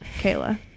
Kayla